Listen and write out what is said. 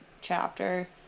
chapter